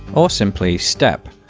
or simply steppe,